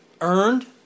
earned